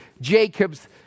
Jacob's